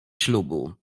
ślubu